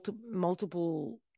multiple